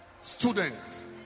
Students